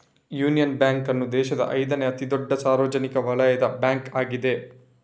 union Bank ಅನ್ನು ದೇಶದ ಐದನೇ ಅತಿ ದೊಡ್ಡ ಸಾರ್ವಜನಿಕ ವಲಯದ ಬ್ಯಾಂಕ್ ಆಗಿದೆ